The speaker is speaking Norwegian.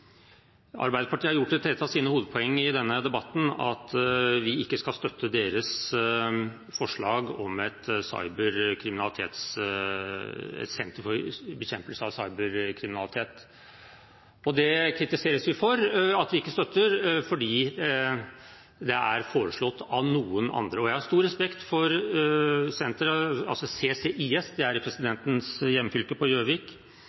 Arbeiderpartiet har gjort det til et av sine hovedpoeng i denne debatten at vi ikke støtter deres forslag om et senter for bekjempelse av cyberkriminalitet. Det kritiseres vi for ikke å støtte fordi det er foreslått av noen andre. Jeg har stor respekt for CCIS på Gjøvik,